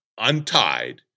untied